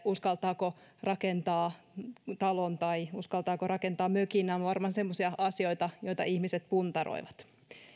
uskaltaako rakentaa talon tai uskaltaako rakentaa mökin nämä ovat varmaan semmoisia asioita joita ihmiset puntaroivat